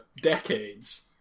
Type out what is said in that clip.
decades